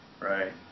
Right